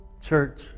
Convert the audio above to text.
Church